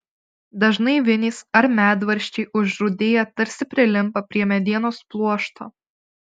dažnai vinys ar medvaržčiai užrūdiję tarsi prilimpa prie medienos pluošto